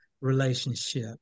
relationship